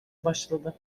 başladı